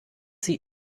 sie